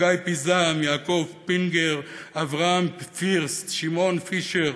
חגי פיזם, יעקב פינגר, אברהם פירסט, שמעון פישר,